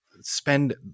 spend